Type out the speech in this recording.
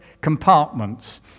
compartments